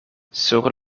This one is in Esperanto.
sur